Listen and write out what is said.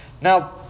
Now